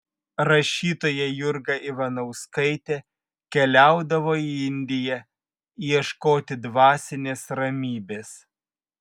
rašytoja jurga ivanauskaitė keliaudavo į indiją ieškoti dvasinės ramybės